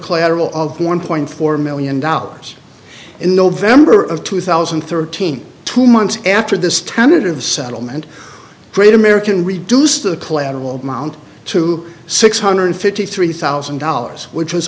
collateral of one point four million dollars in november of two thousand and thirteen two months after this tentative settlement great american reduce the collateral amount to six hundred fifty three thousand dollars which was